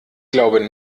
glaube